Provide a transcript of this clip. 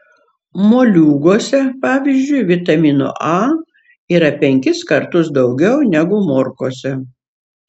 moliūguose pavyzdžiui vitamino a yra penkis kartus daugiau negu morkose